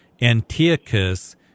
Antiochus